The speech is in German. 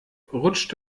rutscht